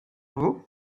vous